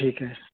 ਠੀਕ ਐ